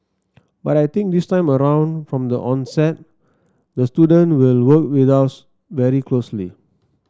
but I think this time around from the onset the student will work with us very closely